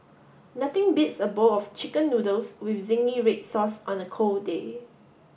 nothing beats a bowl of chicken noodles with zingy red sauce on a cold day